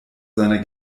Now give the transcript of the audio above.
seiner